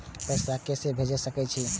पैसा के से भेज सके छी?